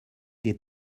des